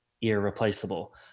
Irreplaceable